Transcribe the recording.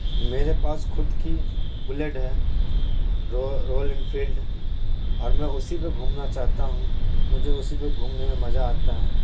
میرے پاس خود کی بلیٹ ہے رویل انفیلڈ اور میں اسی پہ گھومنا چاہتا ہوں مجھے اسی پہ گھومنے میں مزہ آتا ہے